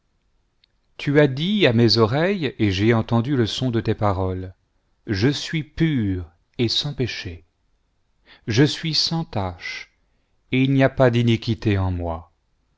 tu as dit à mes oreilles et j'ai entendu le son de tes paroles je suis pur et sans péché je suis sans tache et il n'y a pas d'iniquité en moi